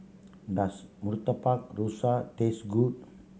does Murtabak Rusa taste good